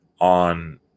on